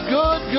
good